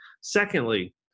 Secondly